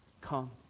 come